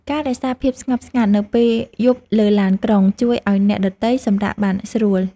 ការរក្សាភាពស្ងប់ស្ងាត់នៅពេលយប់លើឡានក្រុង ជួយឱ្យអ្នកដទៃសម្រាកបានស្រួល។